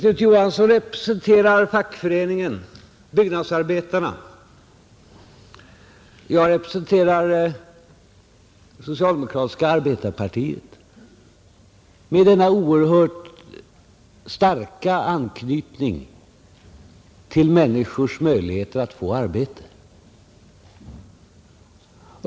Nu representerar Knut Johansson byggnadsarbetarna medan jag representerar socialdemokratiska arbetarpartiet med dess oerhört starka intresse för människors möjligheter att få arbete.